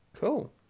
Cool